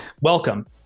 Welcome